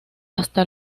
hasta